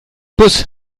bus